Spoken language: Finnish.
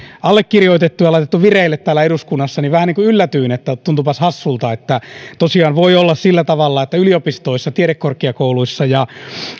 allekirjoitettu ja laitettu vireille täällä eduskunnassa niin vähän yllätyin että tuntuupas hassulta että tosiaan voi olla sillä tavalla että yliopistoissa tiedekorkeakouluissa ja